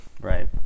Right